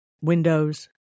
Windows